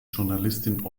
journalistin